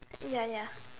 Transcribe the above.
ya ya